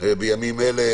בימים אלה